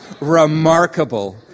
remarkable